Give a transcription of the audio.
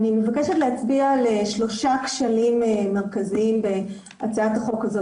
אני מבקשת להצביע על שלושה כשלים מרכזיים בהצעת החוק הזאת.